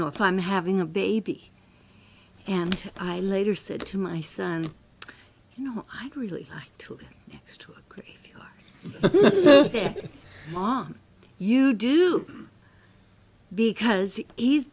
know if i'm having a baby and i later said to my son you know i'd really like to stroke their mom you do because he's